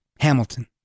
Hamilton